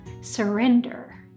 Surrender